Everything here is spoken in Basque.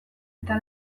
eta